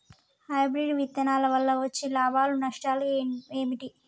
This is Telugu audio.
హైబ్రిడ్ విత్తనాల వల్ల వచ్చే లాభాలు నష్టాలు ఏమిటి?